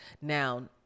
Now